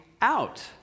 out